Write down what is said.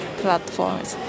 platforms